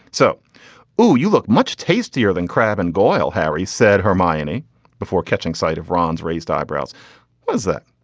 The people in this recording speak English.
so oh you look much tastier than crab and goyal harry said her mining before catching sight of ron's raised eyebrows was it.